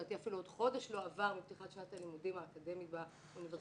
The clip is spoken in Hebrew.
לדעתי אפילו חודש לא עבר מפתיחת שנת הלימודים האקדמית באוניברסיטאות,